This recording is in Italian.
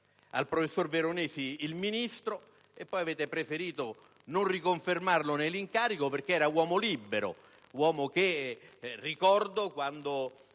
al professor Veronesi il Ministro e poi avete preferito non riconfermarlo nell'incarico perché era un uomo libero, che - ricordo - quando